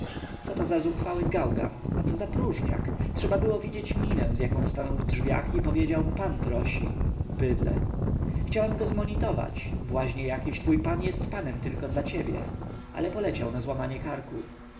coto za zuchwały gałgan a co za próżniak trzeba było widzieć minę z jaką stanął we drzwiach i powiedział pan prosi bydlę chciałem go zmonitować błaźnie jakiś twój pan jest panem tylko dla ciebie ale poleciał na złamanie karku